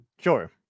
sure